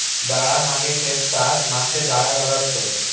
जाळा मागे खेचताच मासे जाळ्यात अडकतत